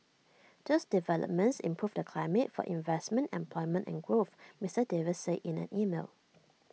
those developments improve the climate for investment employment and growth Mister Davis said in an email